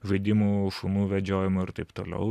žaidimų šunų vedžiojimo ir taip toliau